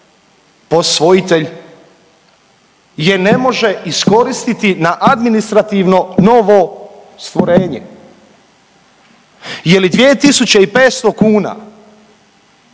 posvojitelj je ne može iskoristiti na administrativno novo stvorenje. Je li 2.500 kuna